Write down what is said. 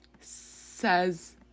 says